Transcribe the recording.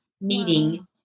meeting